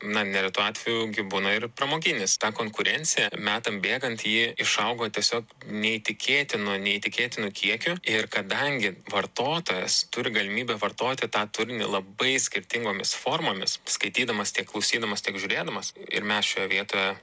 na neretu atveju gi būna ir pramoginis ta konkurencija metam bėgant jį išaugo tiesiog neįtikėtinu neįtikėtinu kiekiu ir kadangi vartotojas turi galimybę vartoti tą turinį labai skirtingomis formomis skaitydamas tiek klausydamas tiek žiūrėdamas ir mes šioje vietoje